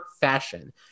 fashion